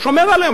הוא שומר עליהם.